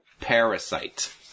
Parasite